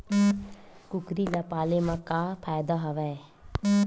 कुकरी ल पाले म का फ़ायदा हवय?